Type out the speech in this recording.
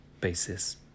basis